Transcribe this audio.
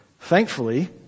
Thankfully